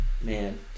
Man